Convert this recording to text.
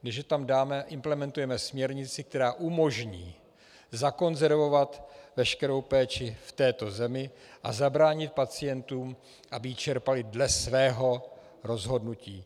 Když ho tam dáme, implementujeme směrnici, která umožní zakonzervovat veškerou péči v této zemi a zabránit pacientům, aby ji čerpali dle svého rozhodnutí.